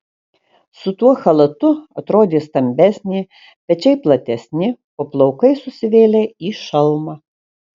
su tuo chalatu atrodė stambesnė pečiai platesni o plaukai susivėlę į šalmą